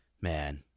man